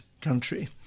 country